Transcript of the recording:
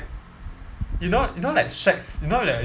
you know you know like shag you know the